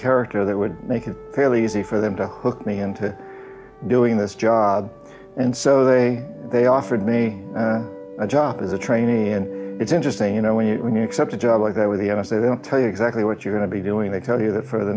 character that would make it fairly easy for them to hook me into doing this job and so they they offered me a job as a trainee and it's interesting you know when you when you accept a job like that with the n s a they'll tell you exactly what you're going to be doing they tell you that for the